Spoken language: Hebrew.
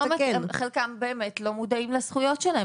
חלקם לא מודעים לזכויות שלהם,